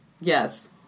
Yes